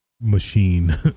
machine